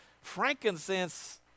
Frankincense